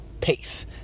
Pace